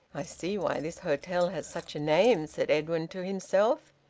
i see why this hotel has such a name, said edwin to himself.